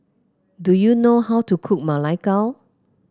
do you know how to cook Ma Lai Gao